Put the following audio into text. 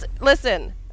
Listen